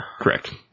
Correct